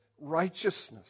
righteousness